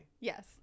Yes